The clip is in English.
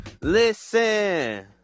Listen